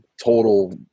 total